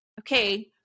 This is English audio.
okay